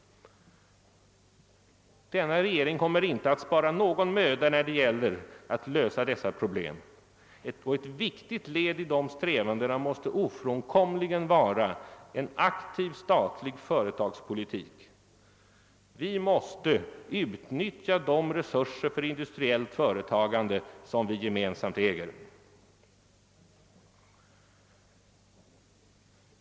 Denna regering kommer inte att spara någon möda för att lösa dessa problem. Och ett viktigt led i de strävandena måste ofrånkomligen vara en aktiv statlig företagspolitik. Vi måste utnyttja de resurser för industriellt företagande som vi gemensamt äger.